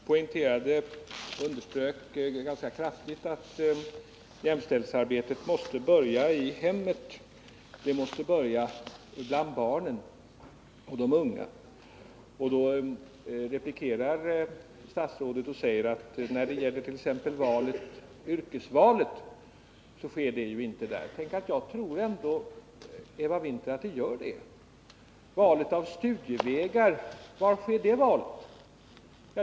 Herr talman! Jag underströk kraftigt att jämställdhetsarbetet måste börja i hemmet, det måste börja bland barnen och de unga. Då replikerade statsrådet och sade attt.ex. yrkesvalet inte sker i hemmet. Tänk, jag tror ändå att det gör det, Eva Winther. Valet av studievägar — var sker det?